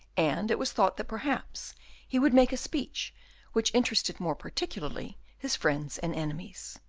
and it was thought that perhaps he would make a speech which interested more particularly his friends and enemies.